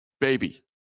baby